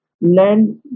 land